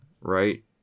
right